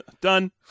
Done